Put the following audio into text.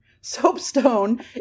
soapstone